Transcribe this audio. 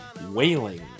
Wailing